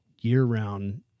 year-round